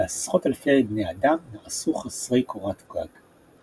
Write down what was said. ועשרות אלפי בני אדם נעשו חסרי קורת גג.